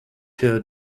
here